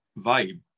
vibe